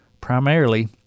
primarily